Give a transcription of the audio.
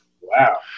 Wow